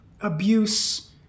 abuse